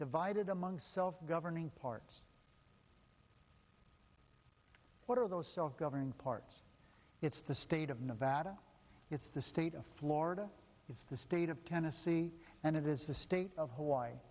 divided among self governing party what are those governing party it's the state of nevada it's the state of florida is the state of tennessee and it is the state of hawaii